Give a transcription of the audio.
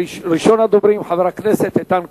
ראשון הדוברים, חבר הכנסת איתן כבל,